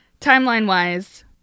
Timeline-wise